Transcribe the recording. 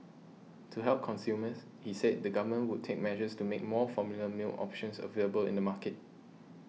to help consumers he said the government would take measures to make more formula milk options available in the market